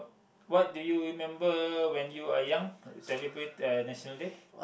what do you remember when you are young celebrate uh National-Day